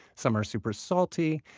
some are super salty.